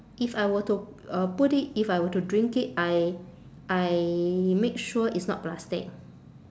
if I were to uh put it if I were to drink it I I make sure it's not plastic